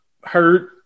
hurt